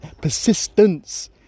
persistence